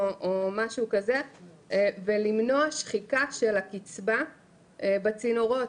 או משהו כזה ולמנוע שחיקה של הקצבה בצינורות,